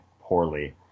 poorly